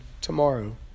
tomorrow